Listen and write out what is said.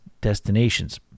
destinations